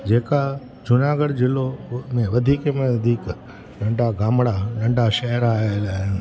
जेका जूनागढ़ जिलो वधीक में वधीक नंढा गामड़ा नंढा शहर आयल आहिनि